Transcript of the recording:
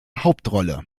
hauptrolle